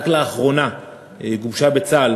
רק לאחרונה גובשה בצה"ל,